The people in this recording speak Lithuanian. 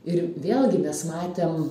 ir vėlgi mes matėm